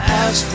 ask